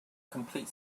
complete